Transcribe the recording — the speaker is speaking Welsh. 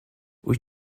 wyt